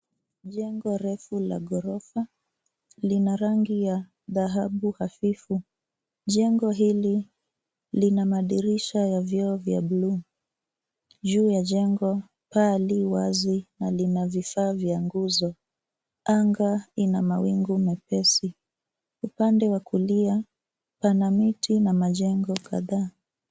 Jengo refu la ghorofa lina rangi ya dhahabu hafifu. Jengo hili lina madirisha ya vioo vya bluu. Juu ya jengo paa li wazi na lina vifaa vya nguzo. Anga ina mawingu mepesi. Upande wa kulia pana miti na majengo kadhaa.